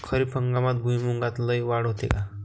खरीप हंगामात भुईमूगात लई वाढ होते का?